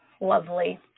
lovely